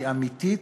היא אמיתית,